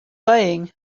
saying